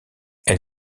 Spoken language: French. elle